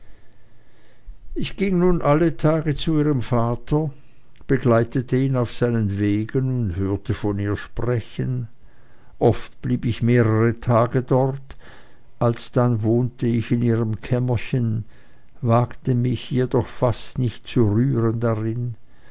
ich ging nun alle tage zu ihrem vater begleitete ihn auf seinen wegen und hörte von ihr sprechen oft blieb ich mehrere tage dort alsdann wohnte ich in ihrem kämmerchen wagte mich jedoch fast nicht zu rühren darin